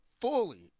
fully